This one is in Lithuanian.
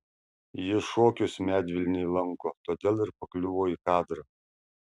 ji šokius medvilnėj lanko todėl ir pakliuvo į kadrą